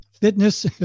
Fitness